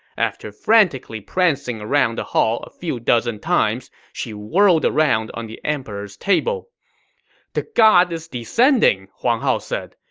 after frantically prancing around the hall a few dozen times, she whirled around on the emperor's table the god is descending, huang hao said.